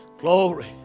Glory